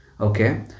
Okay